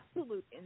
absolute